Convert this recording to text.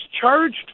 charged